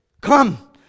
come